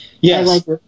Yes